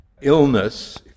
illness